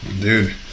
dude